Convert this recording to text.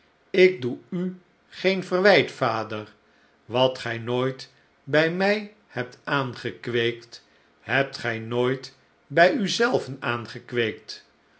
ik doe u geen verwijt vader wat gij nooit bij mij hebt aangekweekt hebt gij nooit bij u zelven aangekweekt